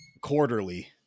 quarterly